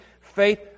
faith